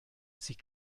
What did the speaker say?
sie